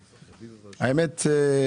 האמת,